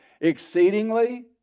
exceedingly